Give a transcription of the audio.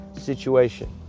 situation